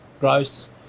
Gross